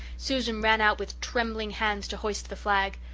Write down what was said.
susan ran out with trembling hands to hoist the flag.